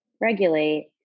regulate